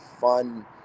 fun